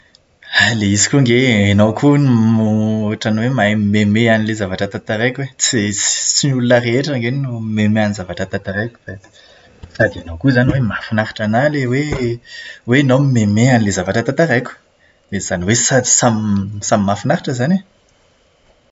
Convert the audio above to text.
Fa ilay izy koa ange ianao koa no ohatran'ny hoe mahay mihomehimehy an'ilay zavatra tantaraiko e. Tsy ts- tsy ny olona rehetra ange no mihomehimehy amin'ny zavatra tantaraiko e. Sady ianao koa izany mahafinaritra anahy ilay hoe hoe ianao mihomehimehy an'ilay zavatra tantaraiko. Dia izany hoe sam- samy mahafinaritra izany tsika.